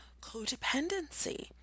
codependency